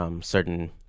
certain